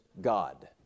God